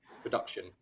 production